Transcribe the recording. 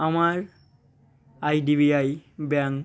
আমার I D B I bank